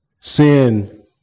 sin